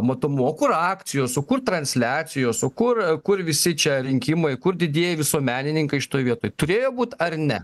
matomumo o kur akcijos o kur transliacijos o kur kur visi čia rinkimai kur didieji visuomenininkai šitoj vietoj turėjo būt ar ne